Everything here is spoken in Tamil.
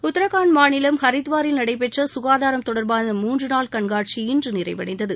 உத்தரகான்ட் மாநிலம் ஹரித்வாரில் நடைபெற்ற குகாதாரம் தொடர்பான மூன்றுநாள் கண்காட்சி இன்று நிறைவடைந்தது